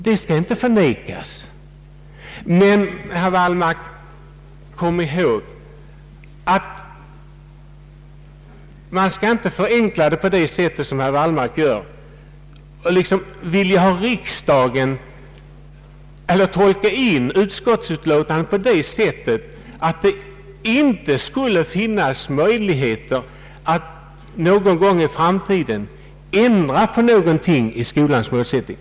Detta skall inte förnekas, men man skall inte förenkla det så som herr Wallmark gör och tolka utskottsutlåtandet så, att det inte skulle finnas möjligheter att någon gång i framtiden ändra någonting i skolans målsättning.